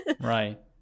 Right